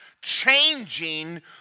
changing